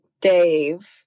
Dave